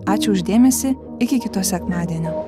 ačiū už dėmesį iki kito sekmadienio